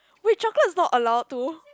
wait chocolate is not allowed too